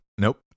Nope